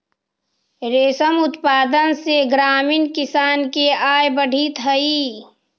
रेशम उत्पादन से ग्रामीण किसान के आय बढ़ित हइ